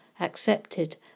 accepted